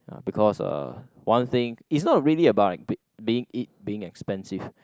uh because uh one thing it's not really about being it being expensive